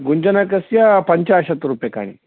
गृञ्जनकस्य पञ्चाशत् रूप्यकाणि